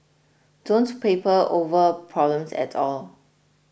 don't paper over problems at all